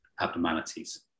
abnormalities